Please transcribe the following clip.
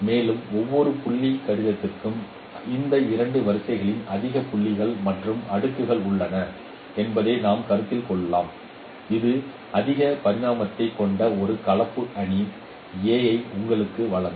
மேலும் ஒவ்வொரு புள்ளி கடிதத்திற்கும் இந்த இரண்டு வரிசைகளின் அதிக புள்ளிகள் மற்றும் அடுக்குகள் உள்ளன என்பதை நாம் கருத்தில் கொள்ளலாம் இது அதிக பரிமாணத்தைக் கொண்ட ஒரு கலப்பு அணி A ஐ உங்களுக்கு வழங்கும்